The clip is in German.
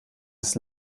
des